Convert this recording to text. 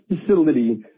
facility